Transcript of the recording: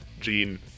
Gene